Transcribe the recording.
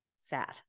sad